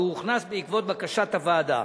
והוא הוכנס בעקבות בקשת הוועדה.